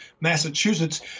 Massachusetts